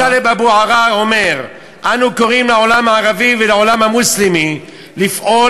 כאשר טלב אבו עראר אומר: אנו קוראים לעולם הערבי ולעולם המוסלמי לפעול